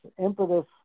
impetus